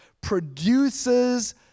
produces